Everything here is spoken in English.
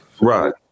right